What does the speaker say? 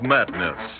Madness